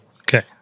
Okay